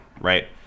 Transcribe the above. right